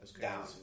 down